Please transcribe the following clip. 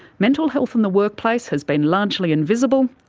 mental health in the workplace has been largely invisible,